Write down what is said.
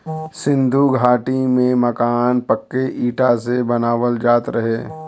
सिन्धु घाटी में मकान पक्के इटा से बनावल जात रहे